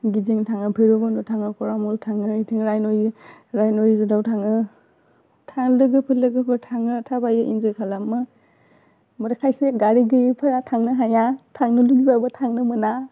गिदिंनो थाङो भैरबखुन्ड थाङो फरामल थाङो इथिं राइनयो राइन रिजटआव थाङो लोगोफोर लोगोफोर थाङो थाबायो इनजय खालामो ओमफ्राय खायसे गारि गैयैफोरा थांनो हाया थांनो लुबैबाबो थांनो मोना